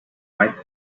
might